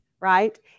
right